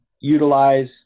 utilize